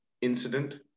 incident